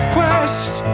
Quest